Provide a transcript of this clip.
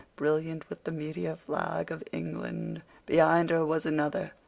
brilliant with the meteor flag of england. behind her was another,